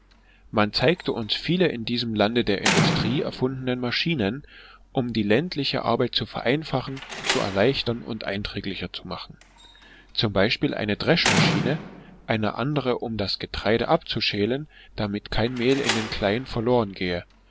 man zeigte uns viele in diesem lande der industrie erfundenen maschinen um die ländliche arbeit zu vereinfachen zu erleichtern und einträglicher zu machen zum beispiel eine dreschmaschine eine andere um das getreide abzuschälen damit kein mehl in den kleien verlorengehe